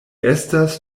estas